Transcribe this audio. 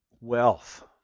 wealth